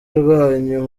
rwanyu